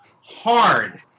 hard